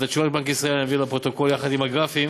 את התשובה מבנק ישראל אני אעביר לפרוטוקול יחד עם הגרפים.